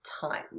time